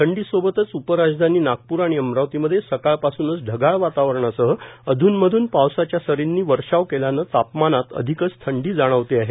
थंडीसोबतच उपराजधानी नागपूर आणि अमरावतीमध्ये सकाळपासूनच ढगाळ वातावरणासह अधूनमधून पावसाच्या सरींनी वर्षाव केल्यानं तापमानात अधिकच थंडी जाणवते आहे